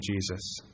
Jesus